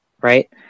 right